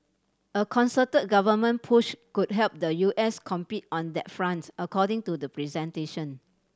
a concerted government push could help the U S compete on that front according to the presentation